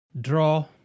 draw